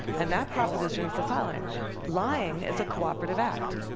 and that proposition is the following lying is a cooperative act.